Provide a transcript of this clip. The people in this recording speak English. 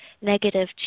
negative